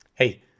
Hey